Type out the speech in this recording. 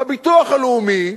בביטוח הלאומי,